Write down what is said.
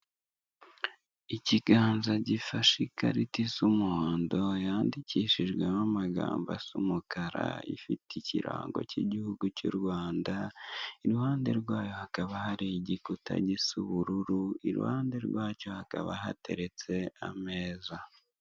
Ikiganza gifashe ikarita isa umuhondo yandikishijweho amagambo asa umukara, ifite ikirango cy'igihugu cy'Urwanda, iruhande rwayo hakaba hari igikuta gisa ubururu, iruhande rwacyo hakaba hateretse ameza.